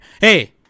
Hey